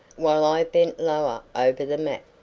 while i bent lower over the map.